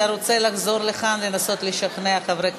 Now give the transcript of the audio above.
אתה רוצה לחזור לכאן לנסות לשכנע חברי כנסת?